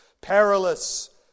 perilous